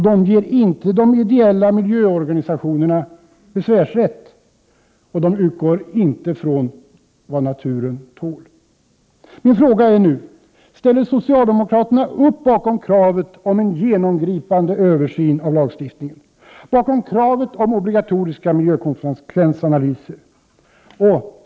De ger inte de ideella organisationerna besvärsrätt och de utgår inte från vad naturen tål. Min fråga är nu: Ställer socialdemokraterna upp bakom kravet på en genomgripande översyn av lagstiftningen, bakom kravet på obligatoriska miljökonsekvensanalyser?